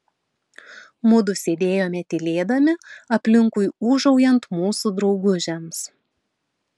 mudu sėdėjome tylėdami aplinkui ūžaujant mūsų draugužiams